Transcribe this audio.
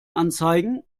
anzeigen